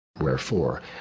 wherefore